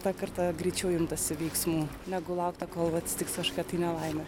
dar kartą greičiau imtasi veiksmų negu laukta kol atsitiks kažkokia tai nelaimė